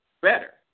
better